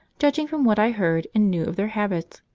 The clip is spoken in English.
judging from what i heard and knew of their habits,